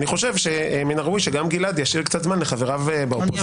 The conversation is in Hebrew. אני חושב מן הראוי שגם גלעד ישאיר קצת זמן לחבריו באופוזיציה.